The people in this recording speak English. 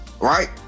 right